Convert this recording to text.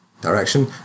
direction